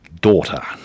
Daughter